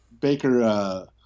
Baker